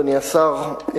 אדוני השר,